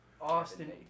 Austin